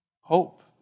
Hope